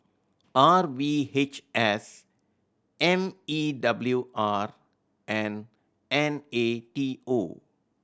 R V H S M E W R and N A T O